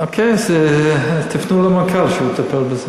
אוקיי, אז תפנו למנכ"ל, שהוא יטפל בזה.